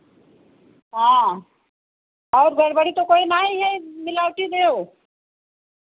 हाँ और गड़बड़ी तो कोई नहीं है मिलावटी देओ